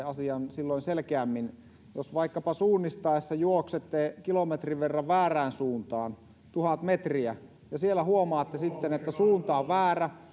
asian silloin selkeämmin jos vaikkapa suunnistaessa juoksette kilometrin verran väärään suuntaan tuhat metriä ja siellä huomaatte sitten että suunta on väärä